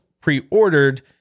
pre-ordered